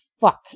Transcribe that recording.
fuck